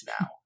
now